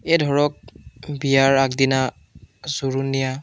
এই ধৰক বিয়াৰ আগদিনা জোৰোণ নিয়া